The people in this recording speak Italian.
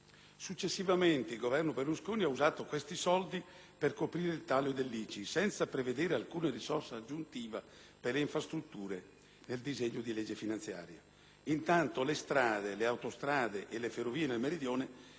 Successivamente, il Governo Berlusconi ha usato questi soldi per coprire il taglio dell'ICI, senza prevedere alcuna risorsa aggiuntiva per le infrastrutture nel disegno di legge finanziaria. Intanto le strade, le autostrade e le ferrovie nel Meridione